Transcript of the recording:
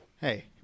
hey